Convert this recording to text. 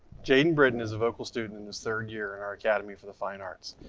jayden brittain is a vocal student in his third year in our academy for the fine arts.